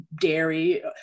dairy